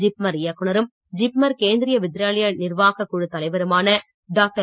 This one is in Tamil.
ஜிப்மர் இயக்குனரும் ஜிப்மர் கேந்திரிய வித்யாலயா நிர்வாக்க் குழுத் தலைவருமான டாக்டர்